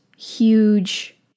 huge